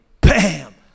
bam